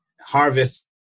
harvest